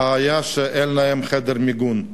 הבעיה שאין להם חדר מיגון.